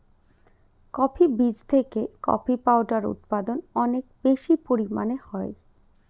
coffee বীজ থেকে coffee powder উৎপাদন অনেক বেশি পরিমানে হয়